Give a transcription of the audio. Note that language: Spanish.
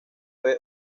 fue